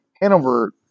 Hanover